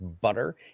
butter